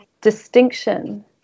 distinction